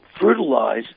fertilize